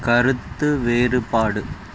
கருத்து வேறுபாடு